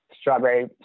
strawberry